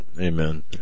Amen